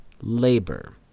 labor